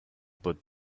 about